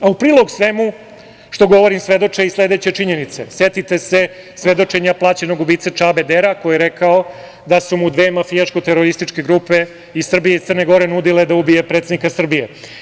U prilog svemu što govorim svedoče i sledeće činjenice – setite se svedočenja plaćenog ubice Čabe Dera koji je rekao da su mu dve mafijaško-terorističke grupe iz Srbije i Crne Gore nudile da ubije predsednika Srbije.